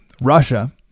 Russia